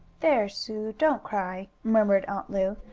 there, sue! don't cry! murmured aunt lu.